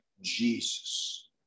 Jesus